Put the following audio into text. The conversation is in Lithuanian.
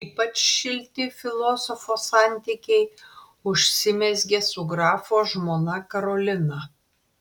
ypač šilti filosofo santykiai užsimezgė su grafo žmona karolina